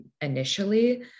initially